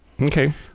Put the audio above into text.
Okay